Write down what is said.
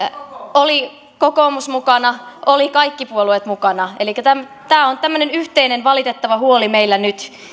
oli kokoomus mukana olivat kaikki puolueet mukana elikkä tämä on tämmöinen yhteinen valitettava huoli meillä nyt